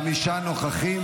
חמישה נוכחים.